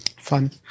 fun